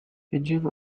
engine